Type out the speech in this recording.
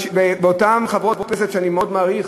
אותן חברות כנסת, שאני מאוד מעריך,